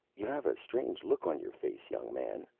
you have a strange look on your face, young man.